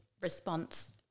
response